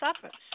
suffers